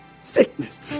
sickness